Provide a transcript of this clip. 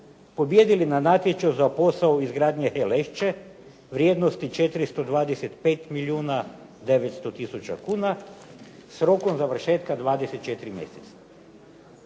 pobijedili na natječaju za posao izgradnje HE „Lešće“ vrijednosti 425 milijuna 900 tisuća kuna s rokom završetka 24 mjeseca“.